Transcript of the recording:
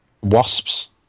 Wasps